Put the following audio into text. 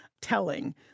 telling